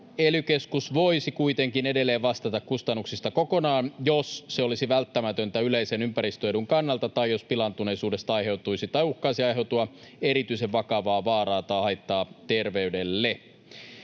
ely-keskus voisi kuitenkin edelleen vastata kustannuksista kokonaan, jos se olisi välttämätöntä yleisen ympäristöedun kannalta tai jos pilaantuneisuudesta aiheutuisi tai uhkaisi aiheutua erityisen vakavaa vaaraa tai haittaa terveydelle.